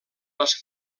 les